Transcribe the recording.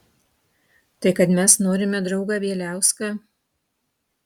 tai kad mes norime draugą bieliauską